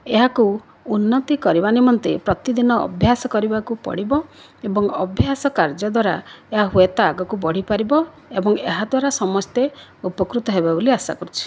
ଏହାକୁ ଉନ୍ନତି କରିବା ନିମନ୍ତେ ପ୍ରତିଦିନ ଅଭ୍ୟାସ କରିବାକୁ ପଡ଼ିବ ଏବଂ ଅଭ୍ୟାସ କାର୍ଯ୍ୟ ଦ୍ଵାରା ଏହା ହୁଏ ତ ଆଗକୁ ବଢ଼ିପାରିବ ଏବଂ ଏହା ଦ୍ଵାରା ସମସ୍ତେ ଉପକୃତ ହେବେ ବୋଲି ଆଶା କରୁଛି